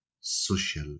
social